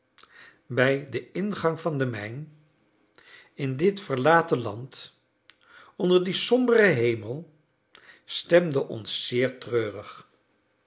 bij den ingang van de mijn in dit verlaten land onder dien somberen hemel stemde ons zeer treurig